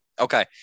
Okay